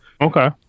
Okay